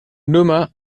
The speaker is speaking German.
nummer